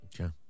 Okay